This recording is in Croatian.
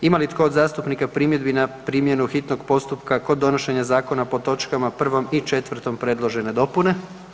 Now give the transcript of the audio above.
Ima li tko od zastupnika primjedbi na primjenu hitnog postupka kod donošenja zakona pod točkama 1. i 4.predložene dopune?